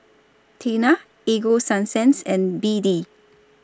Tena Ego Sunsense and B D